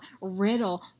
riddle